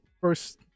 first